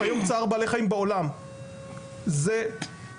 היום צער בעלי חיים בעולם זה מדע,